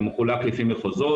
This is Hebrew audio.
זה מחולק לפי מחוזות,